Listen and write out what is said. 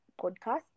podcast